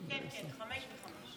כנסת נכבדה,